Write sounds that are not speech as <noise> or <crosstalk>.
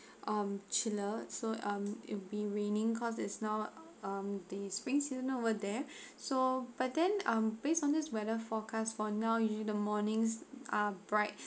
um chiller so um it'll be raining cause it's now um the springs you know over there <breath> so but then um based on this weather forecast for now usually the mornings are bright